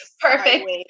perfect